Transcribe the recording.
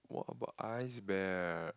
what about Ice-Bear